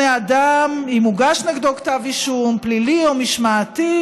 אדם אם הוגש נגדו כתב אישום פלילי או משמעתי.